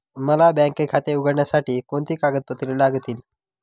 मला बँक खाते उघडण्यासाठी कोणती कागदपत्रे लागतील?